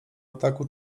ataku